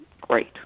great